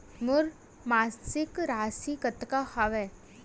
मोर मासिक राशि कतका हवय?